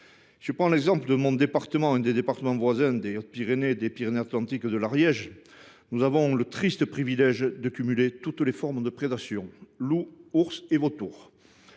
Je prends l’exemple de la Haute Garonne et des départements voisins des Hautes Pyrénées, des Pyrénées Atlantiques et de l’Ariège. Nous avons le triste privilège de cumuler toutes les formes de prédation : celles des loups,